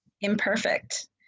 imperfect